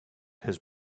his